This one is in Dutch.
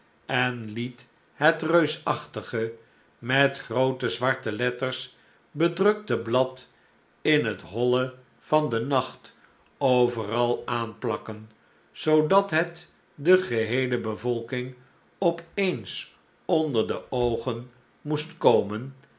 en het het reusachtige met groote zwarte letters bedrukte bladin hetholle van den nacht overal aanplakken zoodat het de geheele bevolking op eens onder de oogen moest komen